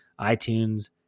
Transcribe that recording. iTunes